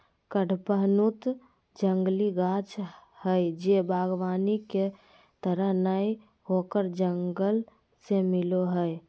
कडपहनुत जंगली गाछ हइ जे वागबानी के तरह नय होकर जंगल से मिलो हइ